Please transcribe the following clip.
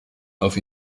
auf